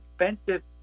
expensive